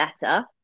better